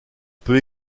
peut